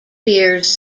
fears